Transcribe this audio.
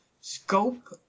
scope